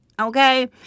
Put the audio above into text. okay